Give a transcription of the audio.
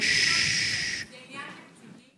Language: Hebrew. זה עניין תקציבי.